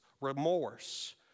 remorse